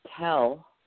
tell